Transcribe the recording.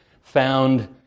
found